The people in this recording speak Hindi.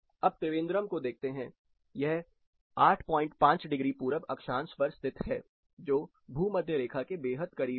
अब त्रिवेंद्रम को देखते हैं यह 85 डिग्री पूरब अक्षांश पर स्थित है जो भूमध्य रेखा के बेहद करीब है